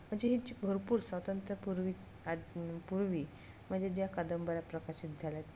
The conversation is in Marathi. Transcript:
म्हणजे हे जे भरपूर स्वातंत्र्यापूर्वी आ पूर्वी म्हणजे ज्या कादंबऱ्या प्रकाशित झाल्या आहेत